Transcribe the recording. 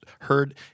heard